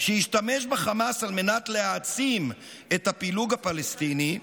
שהשתמש בחמאס על מנת להעצים את הפילוג הפלסטיני,